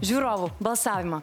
žiūrovų balsavimą